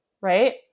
right